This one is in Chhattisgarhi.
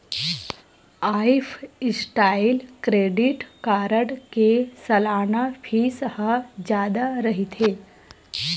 लाईफस्टाइल क्रेडिट कारड के सलाना फीस ह जादा रहिथे